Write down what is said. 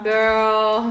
Girl